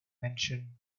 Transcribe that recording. mention